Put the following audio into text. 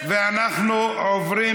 אנחנו עוברים,